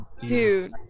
Dude